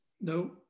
no